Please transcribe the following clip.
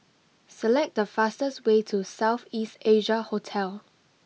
select the fastest way to South East Asia Hotel